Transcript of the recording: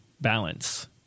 balance